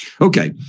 Okay